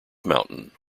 mountain